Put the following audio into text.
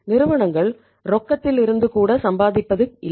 நிறுவனங்கள் ரொக்கத்திலிருந்து கூட சம்பாதிப்பது இல்லை